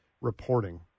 reporting